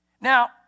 Now